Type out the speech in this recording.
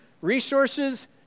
resources